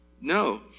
No